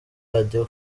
radio